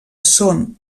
són